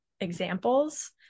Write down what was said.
examples